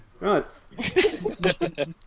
Right